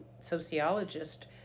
sociologist